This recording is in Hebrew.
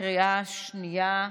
בקריאה שנייה,